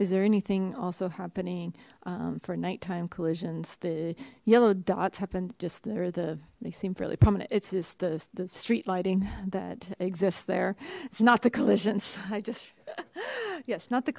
is there anything also happening for night time collisions the yellow dots happen just there the they seem fairly prominent it's just the street lighting that exists there it's not the collisions i just yes not the